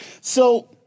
So-